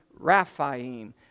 Raphaim